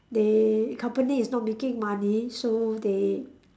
they company is not making money so they